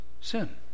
sin